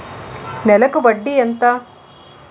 నెలకి వడ్డీ ఎంత?